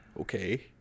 Okay